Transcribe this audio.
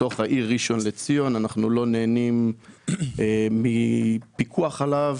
בתוך העיר ראשון לציון שאנחנו לא נהנים מפיקוח עליו.